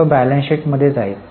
तो balance sheet मध्ये जाईल